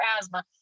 asthma